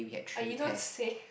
uh you don't say